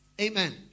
Amen